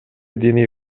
диний